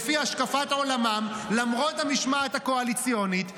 חברת הכנסת אפרת.